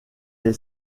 est